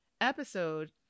episode